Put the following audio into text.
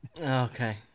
Okay